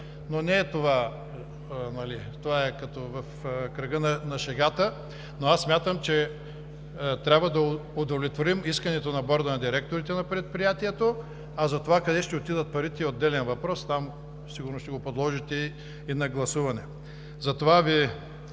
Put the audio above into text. но не е това… Това е като в кръга на шегата. Но аз смятам, че трябва да удовлетворим искането на борда на директорите на предприятието, а за това къде ще отидат парите е отделен въпрос, там сигурно ще го подложите и на гласуване.